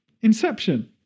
Inception